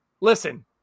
listen